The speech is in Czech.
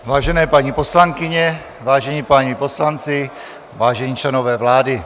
Vážené paní poslankyně, vážení páni poslanci, vážení členové vlády.